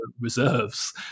reserves